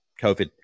COVID